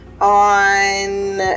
on